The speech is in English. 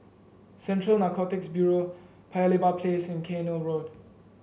Central Narcotics Bureau Paya Lebar Place and Cairnhill Road